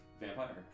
vampire